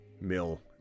mill